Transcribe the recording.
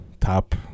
top